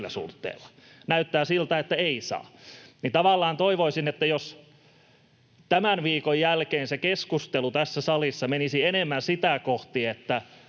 Näyttää siltä, että ei saa. Tavallaan toivoisin, että tämän viikon jälkeen se keskustelu tässä salissa menisi enemmän sitä kohti,